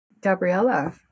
Gabriella